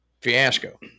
fiasco